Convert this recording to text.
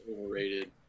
overrated